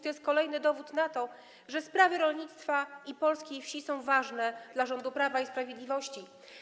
To jest kolejny dowód na to, że sprawy rolnictwa i polskiej wsi są ważne dla rządu Prawa i Sprawiedliwości.